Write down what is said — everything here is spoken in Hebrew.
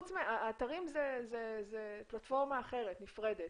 האתרים זה פלטפורמה אחרת ונפרדת,